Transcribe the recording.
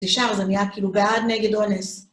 ישר זה נהיה כאילו בעד נגד אונס.